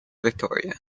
victoria